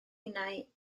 innau